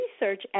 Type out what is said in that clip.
research